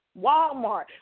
Walmart